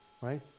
Right